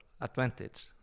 advantage